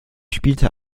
spielte